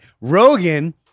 rogan